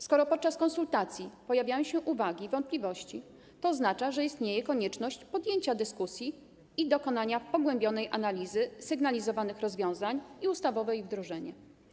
Skoro podczas konsultacji pojawiają się uwagi i wątpliwości, to oznacza, że istnieje konieczność podjęcia dyskusji i dokonania pogłębionej analizy sygnalizowanych rozwiązań i ustawowe ich wdrożenie.